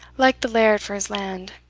like the laird for his land,